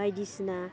बायदिसिना